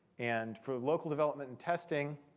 and for local development and testing,